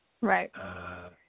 Right